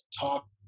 talk